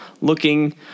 looking